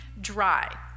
dry